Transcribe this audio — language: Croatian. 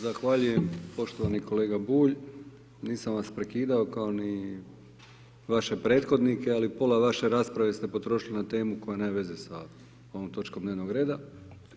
Zahvaljujem poštovani kolega Bulj, nisam vas prekidao kao ni vaše prethodnike, ali pola vaše rasprave ste potrošili na temu koja nema veze sa ovom točkom dnevnog reda.